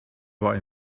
war